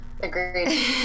Agreed